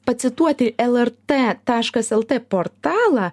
pacituoti lrt taškas lt portalą